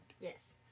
Yes